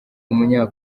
umunya